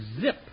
Zip